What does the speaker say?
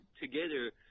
together